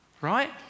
right